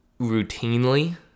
routinely